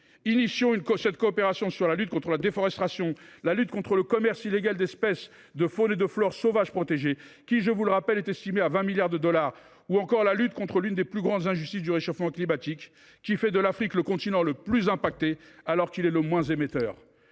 Lançons cette coopération dans la lutte contre la déforestation, la lutte contre le commerce illégal d’espèces de faunes et de flores sauvages protégées – celui ci, je vous le rappelle, est estimé à 20 milliards de dollars par an – ou encore la lutte contre l’une des plus grandes injustices du réchauffement climatique, qui fait de l’Afrique le continent le plus affecté, alors qu’il est le moins émetteur.